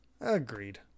agreed